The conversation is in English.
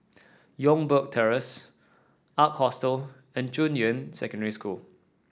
Youngberg Terrace Ark Hostel and Junyuan Secondary School